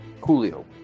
Julio